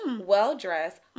well-dressed